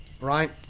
right